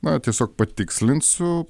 na tiesiog patikslinsiu